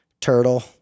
turtle